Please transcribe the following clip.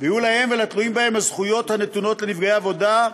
ויהיו להם ולתלויים בהם הזכויות הנתונות לנפגעי עבודה,